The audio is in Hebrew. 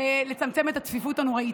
כדי לצמצם את הצפיפות הנוראית.